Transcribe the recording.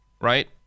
right